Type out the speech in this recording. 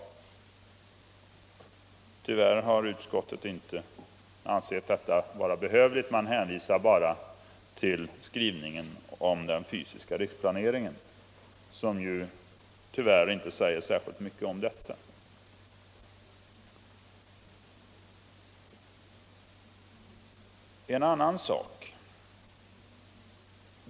Tyvärr har utskottet inte ansett sådan verksamhet vara behövlig, utan hänvisar bara till skrivningen om den fysiska riksplaneringen, som inte säger särskilt mycket om detta.